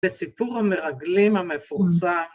בסיפור המרגלים המפורסם.